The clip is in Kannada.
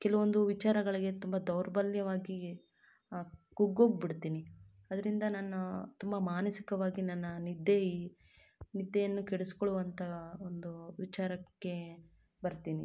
ಕೆಲವೊಂದು ವಿಚಾರಗಳಿಗೆ ತುಂಬ ದೌರ್ಬಲ್ಯವಾಗಿ ಕುಗ್ಗೋಗ್ಬಿಡ್ತೀನಿ ಅದರಿಂದ ನಾನು ತುಂಬ ಮಾನಸಿಕವಾಗಿ ನನ್ನ ನಿದ್ದೆ ನಿದ್ದೆಯನ್ನೂ ಕೆಡ್ಸ್ಕೊಳ್ಳುವಂಥ ಒಂದು ವಿಚಾರಕ್ಕೆ ಬರ್ತೀನಿ